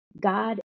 God